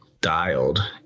dialed